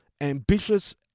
ambitious